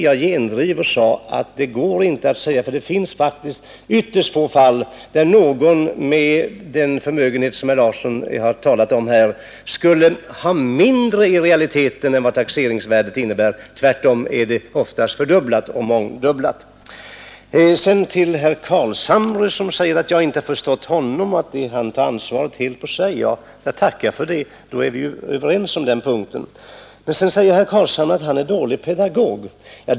Jag gendrev detta och framhöll att det förekommer ytterst få fall, där någon med den förmögenhet som herr Larsson har talat om skulle i realiteten ha mindre än vad taxeringsvärdet innebär. Tvärtom är värdet ofta fördubblat eller mångdubblat över taxeringsvärdet. Jag förstod inte herr Carlshamre, och detta tog han helt på sitt ansvar. Ja, det tackar jag för — då är vi helt överens på den punkten. Men sedan säger herr Carlshamre att han är en dålig pedagog.